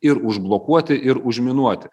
ir užblokuoti ir užminuoti